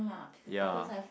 ya